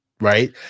right